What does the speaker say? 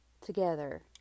together